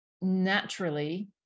Naturally